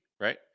right